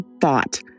thought